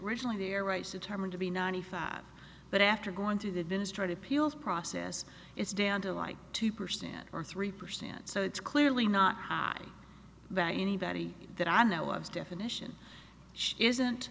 ridgeley their rights determined to be ninety five but after going through the administrative appeals process it's down to like two percent or three percent so it's clearly not high value anybody that i know of definition isn't